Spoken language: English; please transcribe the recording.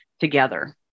together